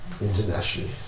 internationally